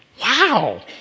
wow